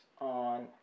on